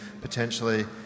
potentially